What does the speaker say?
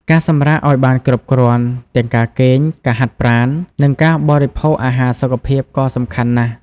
ការសម្រាកឱ្យបានគ្រប់គ្រាន់ ទាំងការគេង ការហាត់ប្រាណ និងការបរិភោគអាហារសុខភាពក៏សំខាន់ណាស់។